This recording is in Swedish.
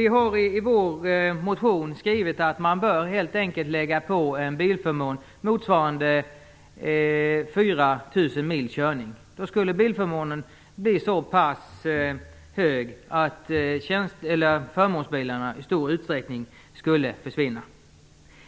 I vår motion har vi skrivit att man bör lägga på en bilförmån motsvarande 4 000 mils körning. Då skulle bilförmånen bli så pass hög att förmånsbilarna i stor utsträckning skulle försvinna.